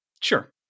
Sure